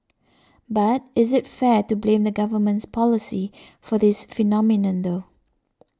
but is it fair to blame the government's policy for this phenomenon though